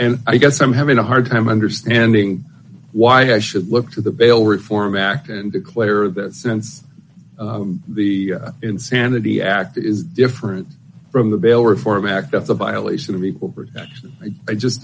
and i guess i'm having a hard time understanding why i should look to the bail reform act and declare that since the insanity act is different from the bail reform act of the violation of equal protection i just